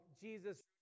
Jesus